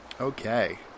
Okay